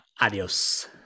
Adios